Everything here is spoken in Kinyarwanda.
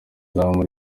izamu